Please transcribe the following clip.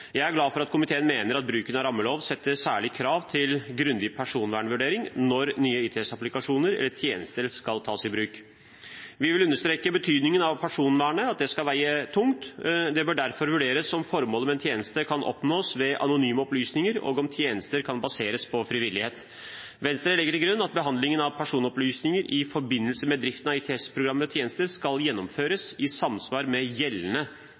Jeg er glad for at komiteen mener at bruken av rammelov setter særlige krav til grundig personvernvurdering når nye ITS-applikasjoner eller -tjenester skal tas i bruk. Vi vil understreke betydningen av at personvernet skal veie tungt. Det bør derfor vurderes om formålet med en tjeneste kan oppnås ved anonyme opplysninger, og om tjenester kan baseres på frivillighet. Venstre legger til grunn at behandlingen av personopplysninger i forbindelse med driften av ITS-programmer og -tjenester skal gjennomføres i samsvar med gjeldende